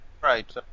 Right